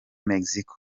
mexico